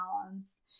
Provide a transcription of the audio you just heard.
columns